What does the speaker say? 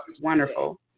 wonderful